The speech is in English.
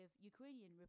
Ukrainian